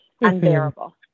unbearable